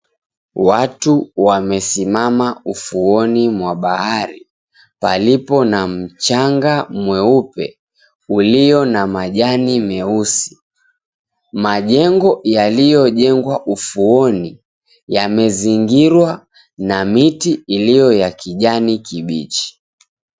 Watu wamesimama ufuoni mwa bahari, palipo na mchanga mweupe, ulio na majani meusi. Majengo yaliyojengwa ufuoni, yamezingirwa na miti iliyo ya kijani kibichi.